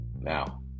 now